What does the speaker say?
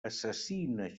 assassina